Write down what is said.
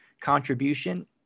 contribution